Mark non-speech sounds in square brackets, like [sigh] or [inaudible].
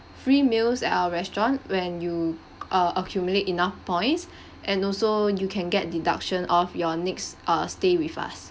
free meals at our restaurant when you uh accumulate enough points [breath] and also you can get deduction off your next uh stay with us